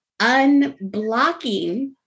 unblocking